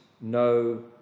no